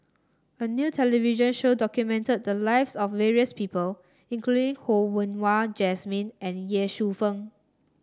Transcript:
a new television show documented the lives of various people including Ho Yen Wah Jesmine and Ye Shufang